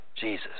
Jesus